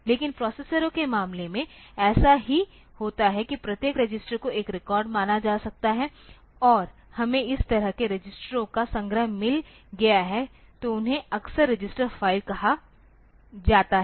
लेकिन प्रोसेसरों के मामले में ऐसा ही होता है कि प्रत्येक रजिस्टर को एक रिकॉर्ड माना जा सकता है और हमें इस तरह के रजिस्टरों का संग्रह मिल गया है तो उन्हें अक्सर रजिस्टर फाइल कहा जाता है